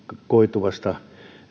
koituvasta